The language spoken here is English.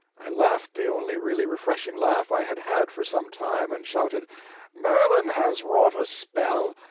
i laughed the only really refreshing laugh i had had for some time and shouted merlin has wrought a spell!